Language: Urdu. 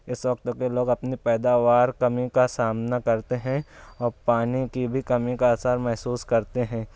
اس وقت کے لوگ اپنی پیداوار کمی کا سامنا کرتے ہیں اور پانی کی بھی کمی کا اثر محسوس کرتے ہیں